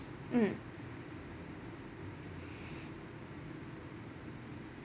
mm